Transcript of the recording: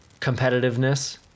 competitiveness